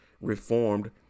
reformed